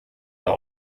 war